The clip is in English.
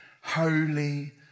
holy